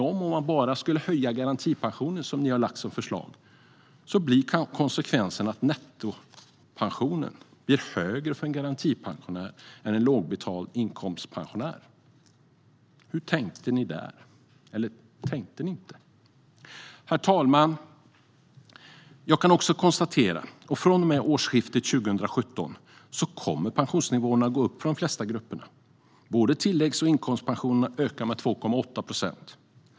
Om man bara skulle höja garantipensionen, som ni föreslår, blir konsekvensen att nettopensionen blir högre för en garantipensionär än för en lågbetald inkomstpensionär. Hur tänkte ni där? Eller tänkte ni inte? Herr talman! Jag kan också konstatera att från och med årsskiftet 2017 kommer pensionsnivåerna att gå upp för de flesta grupperna. Både tilläggs och inkomstpensionen ökar med 2,8 procent.